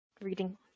reading